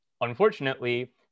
Unfortunately